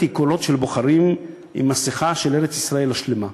קולות של בוחרים עם מסכה של ארץ-ישראל השלמה.